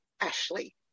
Ashley